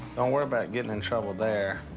don't worry about getting in trouble there.